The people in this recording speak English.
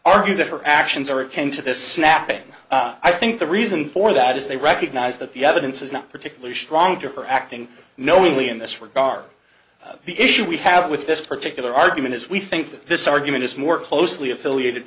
argue that her actions or it came to this snapping i think the reason for that is they recognize that the evidence is not particularly strong to her acting knowingly in this regard the issue we have with this particular argument is we think that this argument is more closely affiliated